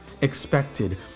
expected